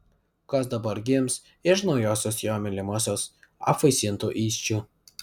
kas dabar gims iš naujosios jo mylimosios apvaisintų įsčių